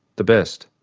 the best?